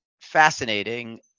fascinating